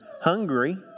hungry